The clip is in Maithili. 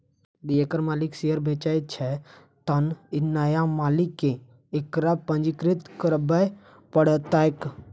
यदि एकर मालिक शेयर बेचै छै, तं नया मालिक कें एकरा पंजीकृत करबय पड़तैक